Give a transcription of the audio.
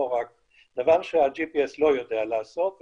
דבר שה-GPS לא יודע לעשות,